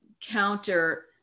counter